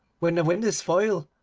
when the wind is foul?